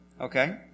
Okay